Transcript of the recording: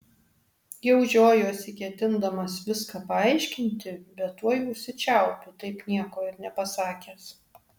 jau žiojuosi ketindamas viską paaiškinti bet tuoj užsičiaupiu taip nieko ir nepasakęs